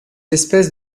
espèces